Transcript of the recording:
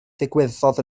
ddigwyddodd